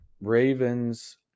Ravens